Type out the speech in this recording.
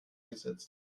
gesetzt